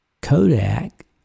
Kodak